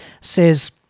says